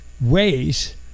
ways